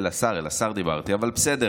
אל השר, אל השר דיברתי, אבל בסדר.